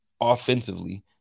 offensively